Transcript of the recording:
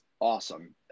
awesome